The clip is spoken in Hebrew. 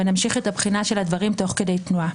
ונמשיך את הבחינה של הדברים תוך כדי תנועה.